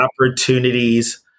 opportunities